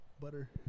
Butter